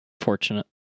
Fortunate